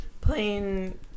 Playing